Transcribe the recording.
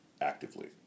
actively